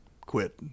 quit